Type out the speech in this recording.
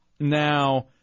Now